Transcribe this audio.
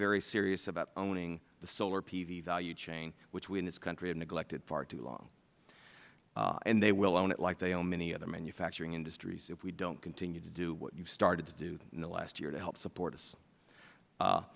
very serious about owning the solar pv value chain which we in this country have neglected far too long and they will own it like they own many other manufacturing industries if we don't continue to do what you started to do in the last year to help support us